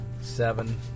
seven